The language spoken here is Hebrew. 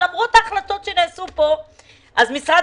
וזאת למרות הבטחות משרד הבריאות ומשרד